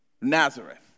Nazareth